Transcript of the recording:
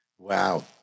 Wow